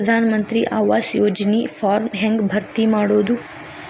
ಪ್ರಧಾನ ಮಂತ್ರಿ ಆವಾಸ್ ಯೋಜನಿ ಫಾರ್ಮ್ ಹೆಂಗ್ ಭರ್ತಿ ಮಾಡೋದು?